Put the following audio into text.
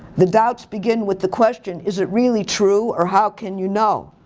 the doubts begin with the question, is it really true or how can you know?